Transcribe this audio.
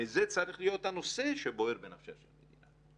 וזה צריך להיות הנושא שבוער בנפשה של המדינה.